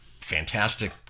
fantastic